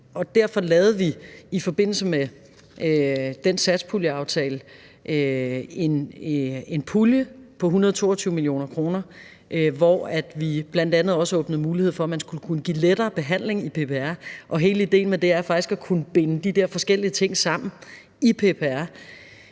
derfor lavede vi i forbindelse med den satspuljeaftale en pulje på 122 mio. kr., hvor vi bl.a. også åbnede mulighed for at skulle kunne give lettere behandling i PPR, og hele ideen med det er faktisk at kunne binde de forskellige ting sammen i PPR.